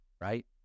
right